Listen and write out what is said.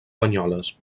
banyoles